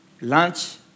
lunch